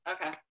okay